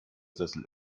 sessel